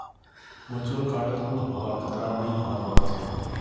virtual कार्डत गुम हबार खतरा नइ रह छेक